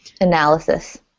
analysis